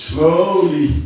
Slowly